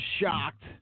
shocked